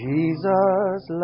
Jesus